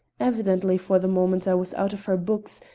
evidently for the moment i was out of her books,